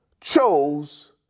chose